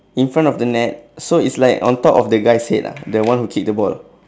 in front of the net so it's like on top of the guy's head lah the one who kick the ball